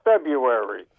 February